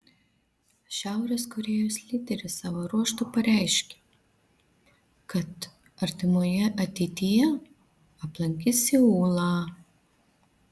šiaurės korėjos lyderis savo ruožtu pareiškė kad artimoje ateityje aplankys seulą